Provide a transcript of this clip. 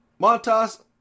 Montas